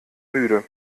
müde